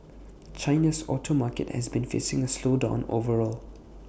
China's auto market has been facing A slowdown overall